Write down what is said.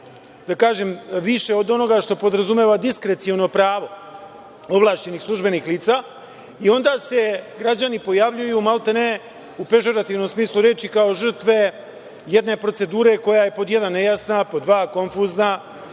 da kažem više od onoga što podrazumeva diskreciono pravo ovlašćenih službenih lica. Onda se građani pojavljuju maltene, u pežorativnom smislu reči, kao žrtve jedne procedure koja je pod 1) nejasna, pod 2) konfuzna,